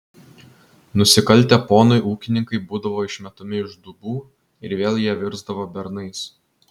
nusikaltę ponui ūkininkai būdavo išmetami iš dubų ir vėl jie virsdavo bernais